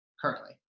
currently